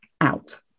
out